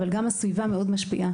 אבל גם הסביבה מאוד משפיעה.